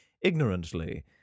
ignorantly